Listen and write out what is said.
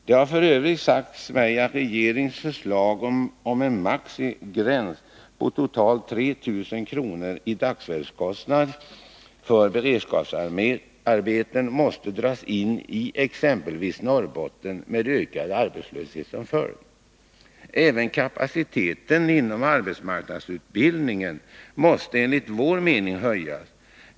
Det har f. ö. sagts mig att regeringens förslag om en maximigräns på totalt 3 000 kr. i dagsverkskostnad för beredskapsarbeten medför att beredskapsarbeten måste dras in i exempelvis Norrbotten, med ökad arbetslöshet som följd. Även kapaciteten inom arbetsmarknadsutbildningen måste enligt vår mening höjas.